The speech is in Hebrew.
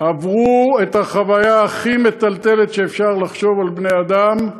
עברו את החוויה הכי מטלטלת שאפשר לחשוב על בני-אדם.